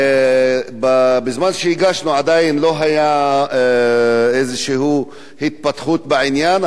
בזמן שהגשנו עדיין לא היתה איזו התפתחות בעניין,